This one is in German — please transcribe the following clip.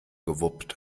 gewuppt